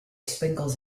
sprinkles